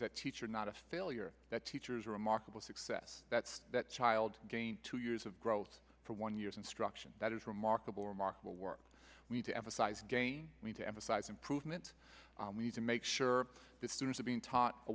that teacher not a failure that teachers are remarkable success that that child gain two years of growth for one year's instruction that is remarkable remarkable work we need to emphasize again i mean to emphasize improvement we need to make sure that students are being taught a